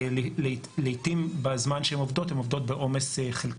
לעיתים בזמן שהן עובדות, הן עובדות בעומס חלקי,